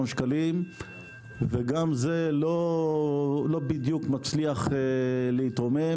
שקלים וגם זה לא בדיוק מצליח להתרומם,